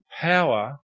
power